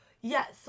Yes